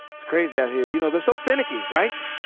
it's crazy out here. you know they're so finicky, right?